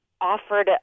offered